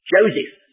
Joseph